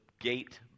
gate